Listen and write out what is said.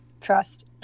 trust